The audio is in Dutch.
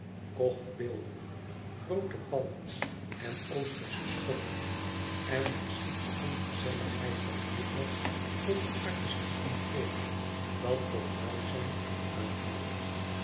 kocht beelden groote palmen en oostersche stoffen en herschiep de ongezelligheid van vroeger tot een artistiek comfort dat tot luizijn uitnoodde